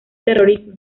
terrorismo